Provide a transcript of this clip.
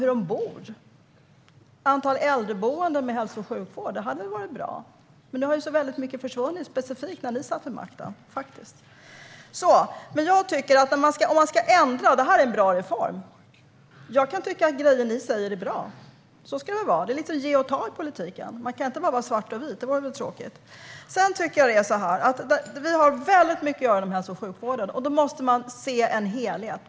Det hade väl varit bra om antalet äldreboenden med hälso och sjukvård hade varit större, men väldigt mycket försvann när ni satt vid makten. Jag tycker att det här är en bra reform. Jag kan tycka att grejer ni säger är bra, och så ska det vara. Det är lite ge och ta i politiken, och man kan inte bara se allt i svart eller vitt. Det vore tråkigt. Vi har väldigt mycket att göra inom hälso och sjukvården, och då måste vi se en helhet.